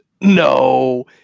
no